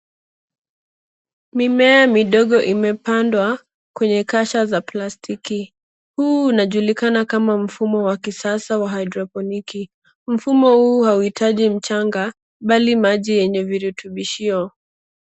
Mimea midogo imepandwa, kwenye kasha za plastki. Huu unajulikana kama mfumo wa kisasa wa haidroponiki. Mfumo huu hauhitaji mchanga, mbali maji yenye virutubisho.